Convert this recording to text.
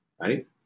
right